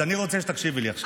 אז אני רוצה שתקשיבי לי עכשיו.